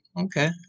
Okay